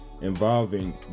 involving